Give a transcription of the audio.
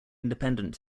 independent